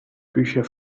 bücher